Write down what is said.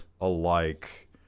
alike